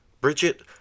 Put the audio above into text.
Bridget